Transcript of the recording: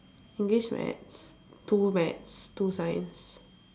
english maths two maths two science